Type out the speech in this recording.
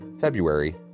February